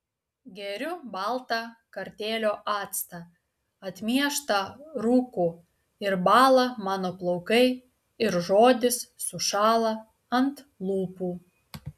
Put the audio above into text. geriu baltą kartėlio actą atmieštą rūku ir bąla mano plaukai ir žodis sušąla ant lūpų